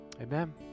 Amen